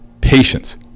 patience